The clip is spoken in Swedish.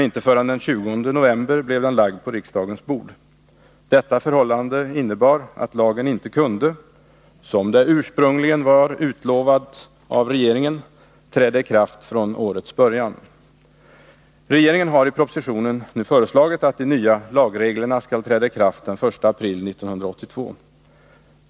Inte förrän den 20 november blev den lagd på riksdagens bord. Detta förhållande innebar, att lagen inte kunde — som det ursprungligen var utlovat av regeringen — träda i kraft från årets början. Regeringen har i propositionen föreslagit, att de nya lagreglerna skall träda i kraft den 1 april 1982.